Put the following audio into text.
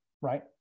right